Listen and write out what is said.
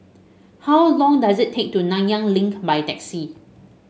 how long does it take to take to Nanyang Link by taxi